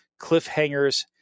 cliffhangers